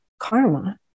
karma